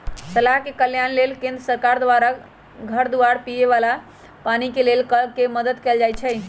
मलाह के कल्याण लेल केंद्र सरकार द्वारा घर दुआर, पिए बला पानी के लेल कल के मदद कएल जाइ छइ